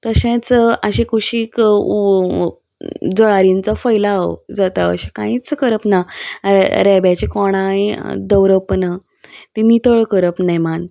तशेंच आशि कुशीक जळारींचो फैलाव जाता अशें कांयच करप ना रेब्याचे कोणाय दवरप ना ती नितळ करप नेमान